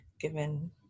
given